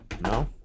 No